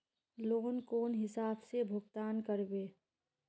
Loan कौन हिसाब से भुगतान करबे?